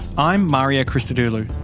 i'm mario christodoulou.